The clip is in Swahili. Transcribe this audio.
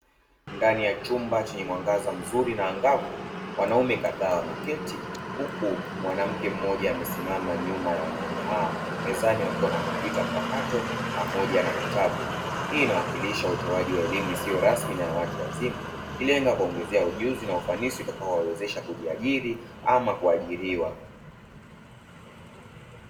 Ndani ya chumba chenye mwangaza mzuri na angavu, wanaume kadhaa wameketi, huku mwanamke mmoja amesimama nyuma ya wanaume hawa, mezani akiwa na kompyuta mpakato pamoja na vitabu. Hii inawakilisha utoaji wa elimu isiyo rasmi na ya watu wazima, ikilenga kuongeza ujuzi na ufanisi utakaowawezesha kujiajiri ama kuajiriwa.